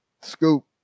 Scoop